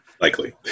Likely